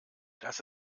dass